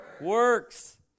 works